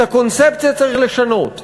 את הקונספציה צריך לשנות.